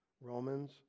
Romans